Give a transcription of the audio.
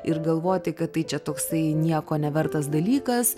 ir galvoti kad tai čia toksai nieko nevertas dalykas